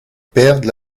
perdent